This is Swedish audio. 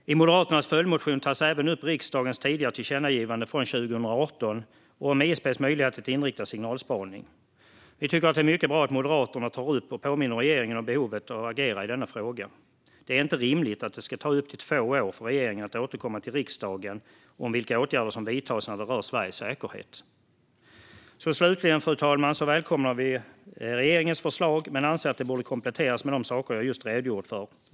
I Moderaternas följdmotion tar man även upp riksdagens tidigare tillkännagivande från 2018 om ISP:s möjlighet att inrikta signalspaning. Vi tycker att det är mycket bra att Moderaterna tar upp och påminner regeringen om behovet av att agera i denna fråga. Det är inte rimligt att det ska ta upp till två år för regeringen att återkomma till riksdagen om vilka åtgärder som vidtas när det rör Sveriges säkerhet. Slutligen, fru talman, välkomnar vi regeringens förslag, men vi anser att det borde kompletteras med de saker jag just redogjort för.